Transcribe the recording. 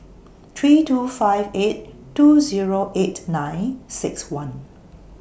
three two five eight two Zero eight nine six one